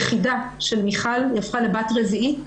היא הפכה מבת יחידה של מיכל לבת רביעית